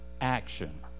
action